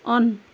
on